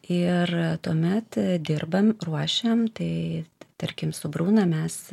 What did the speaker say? ir tuomet dirbam ruošiam tai tarkim su bruna mes